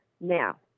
Now